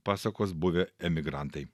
pasakos buvę emigrantai